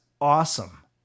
awesome